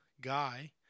guy